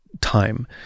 time